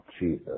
Jesus